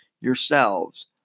yourselves